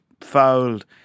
Fouled